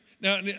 Now